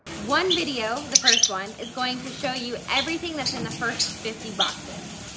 one video, the first one, is going to show you everything that's in the first fifty boxes.